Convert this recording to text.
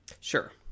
Sure